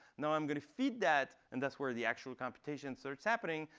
now, i'm going to feed that. and that's where the actual computation starts happening.